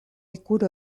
ikur